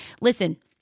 Listen